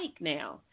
now